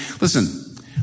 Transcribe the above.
Listen